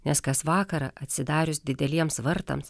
nes kas vakarą atsidarius dideliems vartams